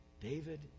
David